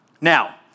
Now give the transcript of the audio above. Now